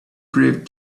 drift